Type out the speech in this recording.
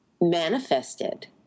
manifested